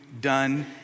done